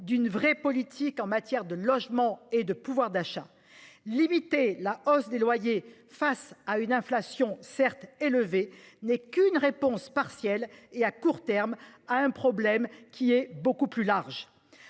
d'une véritable politique en matière de logement et de pouvoir d'achat. Limiter la hausse des loyers face à une inflation certes élevée n'est qu'une réponse partielle et de court terme à un problème beaucoup plus large.